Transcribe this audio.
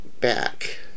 back